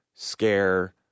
Scare